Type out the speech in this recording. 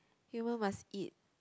human must eat